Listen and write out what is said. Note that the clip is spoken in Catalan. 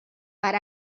per